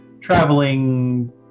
traveling